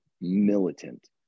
militant